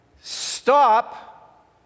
stop